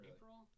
April